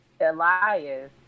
Elias